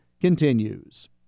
continues